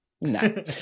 No